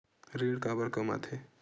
ऋण काबर कम आथे?